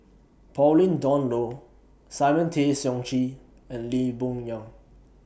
Pauline Dawn Loh Simon Tay Seong Chee and Lee Boon Yang